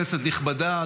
כנסת נכבדה,